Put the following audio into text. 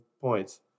points